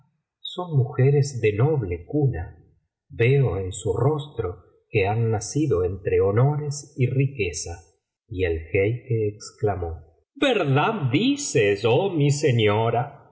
son mujeres de noble cuna veo en su rostro que han nacido entre honores y riqueza y el jeique exclamó verdad dices oh mi señora